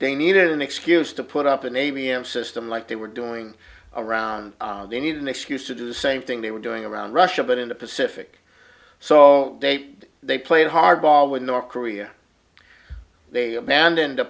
they needed an excuse to put up an a b m system like they were doing around they need an excuse to do the same thing they were doing around russia but in the pacific so they they played hardball with north korea they abandoned